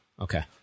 Okay